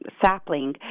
sapling